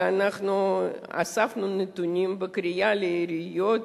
ואנחנו אספנו נתונים בקריאה לעיריות,